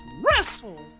WRESTLE